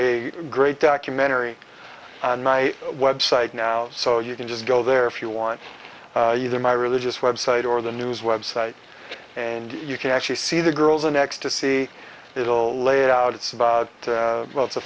a great documentary on my website now so you can just go there if you want either my religious website or the news website and you can actually see the girls next to see it will lay it out it's about well it's a